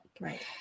Right